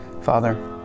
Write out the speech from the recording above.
Father